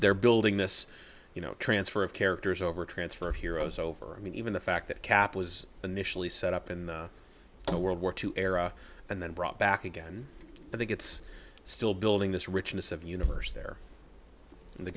they're building this you know transfer of characters over transfer heroes over i mean even the fact that cap was initially set up in a world war two era and then brought back again i think it's still building this richness of universe there and the